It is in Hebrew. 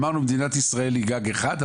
אמרנו שמדינת ישראל היא גג אחד,